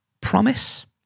promise